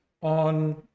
on